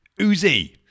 Uzi